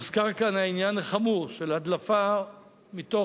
הוזכר כאן העניין החמור של הדלפה מתוך